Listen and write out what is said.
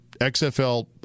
XFL